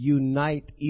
unite